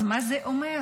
אז מה זה אומר?